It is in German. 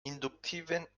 induktiven